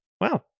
Wow